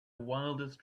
wildest